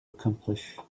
accomplish